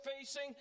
facing